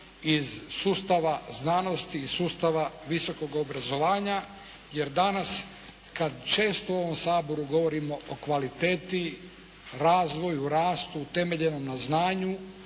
iz sustava znanosti i sustava visokog obrazovanja, jer danas kada često u ovom Saboru govorimo o kvaliteti, razvoju, rastu utemeljenom na znanju,